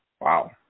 Wow